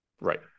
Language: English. Right